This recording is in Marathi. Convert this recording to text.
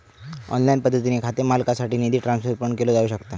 ऑनलाइन पद्धतीने खाते मालकासाठी निधी ट्रान्सफर पण केलो जाऊ शकता